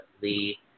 Lee